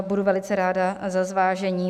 Budu velice ráda za zvážení.